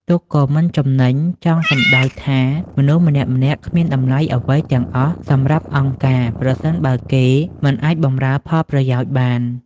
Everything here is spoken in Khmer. «ទុកក៏មិនចំណេញ» ចង់សម្តៅថា មនុស្សម្នាក់ៗគ្មានតម្លៃអ្វីទាំងអស់សម្រាប់អង្គការ ប្រសិនបើគេមិនអាចបម្រើផលប្រយោជន៍បាន។